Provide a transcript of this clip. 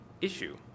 issue